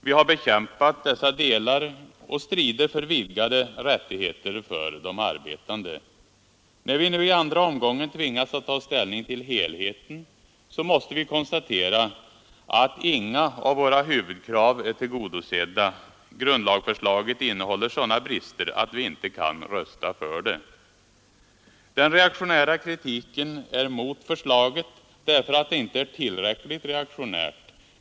Vi har bekämpat dessa delar, och vi strider för vidgade rättigheter för de arbetande. När vi nu i andra omgången tvingas att ta ställning till helheten måste vi konstatera att inga av våra huvudkrav är tillgodosedda. Grundlagsförslaget innehåller sådana brister att vi inte kan rösta för det. Den reaktionära kritiken är mot förslaget därför att det inte är tillräckligt reaktionärt.